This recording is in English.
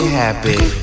happy